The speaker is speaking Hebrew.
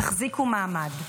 תחזיקו מעמד.